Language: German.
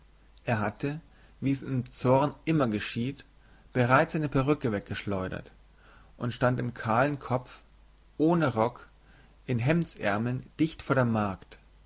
er hatte wie es im zorn immer geschieht bereits seine perücke weggeschleudert und stand im kahlen kopf ohne rock in hemdärmeln dicht vor der magd